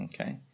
Okay